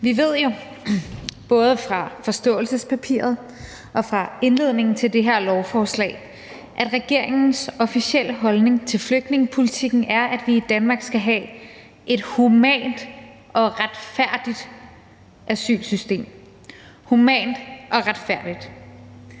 Vi ved jo – både fra forståelsespapiret og fra indledningen til det her lovforslag – at regeringens officielle holdning til flygtningepolitikken er, at vi i Danmark skal have et humant og retfærdigt asylsystem – humant og retfærdigt.